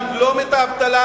לבלום את האבטלה,